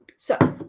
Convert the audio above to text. so,